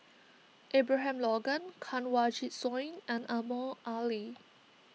Abraham Logan Kanwaljit Soin and Omar Ali